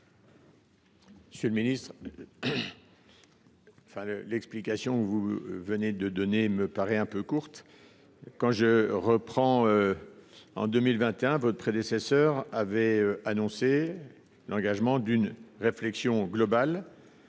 Monsieur le ministre, l’explication que vous venez de donner me paraît un peu courte. En 2021, votre prédécesseur avait annoncé l’engagement d’une réflexion globale